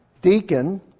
Deacon